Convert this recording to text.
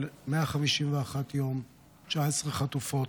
אבל 151 יום, 19 חטופות,